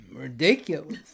Ridiculous